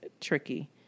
tricky